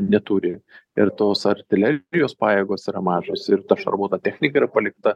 neturi ir tos artilerijos pajėgos yra mažos ir ta šarvuota technika yra palikta